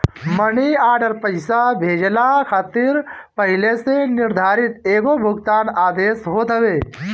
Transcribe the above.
मनी order पईसा भेजला खातिर पहिले से निर्धारित एगो भुगतान आदेश होत हवे